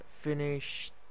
finish